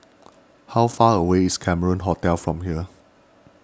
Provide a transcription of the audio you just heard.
how far away is Cameron Hotel from here